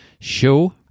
show